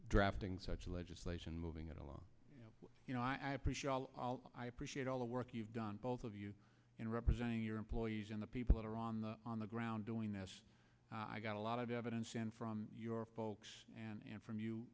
drafting such legislation moving it along i appreciate all the work you've done both of you in representing your employees and the people that are on the on the ground doing this i got a lot of evidence and from your folks and from you